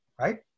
right